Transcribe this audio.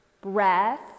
breath